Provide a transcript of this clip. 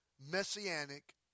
Messianic